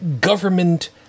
government